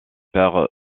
père